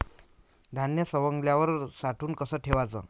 धान्य सवंगल्यावर साठवून कस ठेवाच?